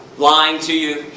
lying to you.